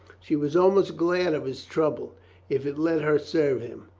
she was almost glad of his trouble if it let her serve him.